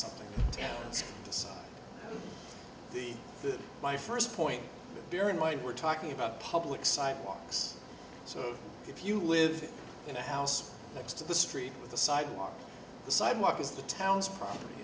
something to be my first point bear in mind we're talking about public sidewalks so if you live in a house next to the street with the sidewalk the sidewalk is the town's pro